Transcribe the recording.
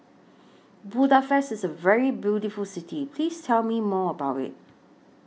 Budapest IS A very beautiful City Please Tell Me More about IT